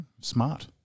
smart